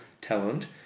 talent